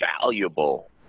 valuable